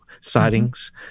sightings